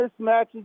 mismatches